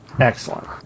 Excellent